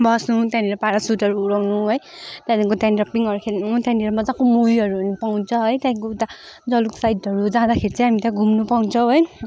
बस्नु त्यहाँनिर प्यारासुटहरू उडाउनु है त्यहाँदेखिको त्यहाँनिर पिङहरू खेल्नु त्यहाँनिर मजाको मुभीहरू हेर्नु पाउँछ है त्यहाँदेखिको उता जलुक साइडहरू जाँदाखेरि चाहिँ हामीले त्यहाँ घुम्नु पाउँछौ है